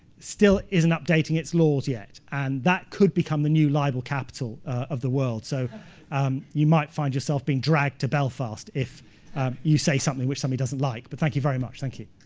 still isn't updating its laws yet. and that could become the new libel capital of the world. so you might find yourself being dragged to belfast if you say something which somebody doesn't like. but thank you very much, thank you.